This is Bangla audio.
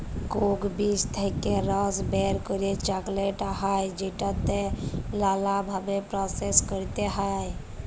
কোক বীজ থেক্যে রস বের করে চকলেট হ্যয় যেটাকে লালা ভাবে প্রসেস ক্যরতে হ্য়য়